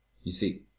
you see,